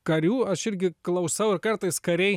karių aš irgi klausau ir kartais kariai